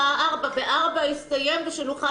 --- ב- 16:00 יסתיים כדי שנוכל